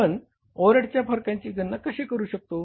आपण या ओव्हरहेडच्या फरकांची गणना कशी करू शकतो